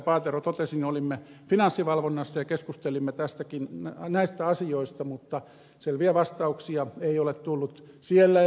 paatero totesi olimme finanssivalvonnassa ja keskustelimme näistä asioista mutta selviä vastauksia ei ole tullut sieltä eikä ministereiltä